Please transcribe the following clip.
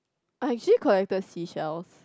I actually collected seashells